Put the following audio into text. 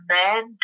man